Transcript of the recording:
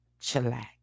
chillax